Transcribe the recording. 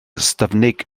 ystyfnig